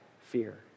fear